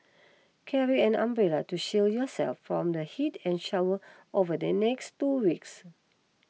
carry an umbrella to shield yourself from the heat and shower over the next two weeks